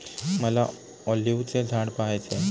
मला ऑलिव्हचे झाड पहायचे आहे